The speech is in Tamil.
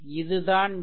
இது தான் V0